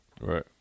Right